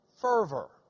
fervor